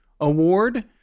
award